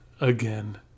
again